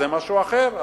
זה משהו אחר,